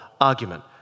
argument